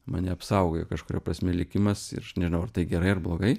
mane apsaugojo kažkuria prasme likimas ir aš nežinau ar tai gerai ar blogai